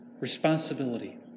responsibility